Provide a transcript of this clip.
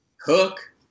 Cook